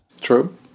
True